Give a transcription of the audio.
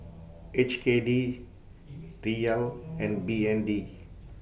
H K D Riel and B N D